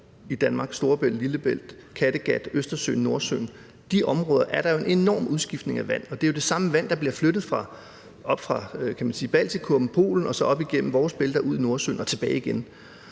i Danmark, Storebælt, Lillebælt, Kattegat, Østersøen, Nordsøen, ved man, at i de områder er der jo en enorm udskiftning af vand, og det er jo det samme vand, der bliver flyttet oppe fra Baltikum, Polen op igennem vores bælter, ud i Nordsøen og tilbage igen.